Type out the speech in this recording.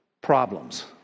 problems